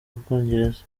bwongereza